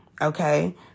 Okay